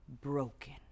broken